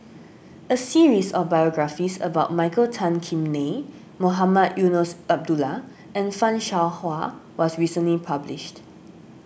a series of biographies about Michael Tan Kim Nei Mohamed Eunos Abdullah and Fan Shao Hua was recently published